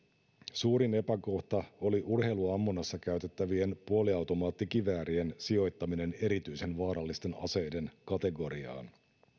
suurin epäkohta oli urheiluammunnassa käytettävien puoliautomaattikiväärien sijoittaminen erityisen vaarallisten aseiden kategoriaan